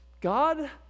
God